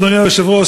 אדוני היושב-ראש,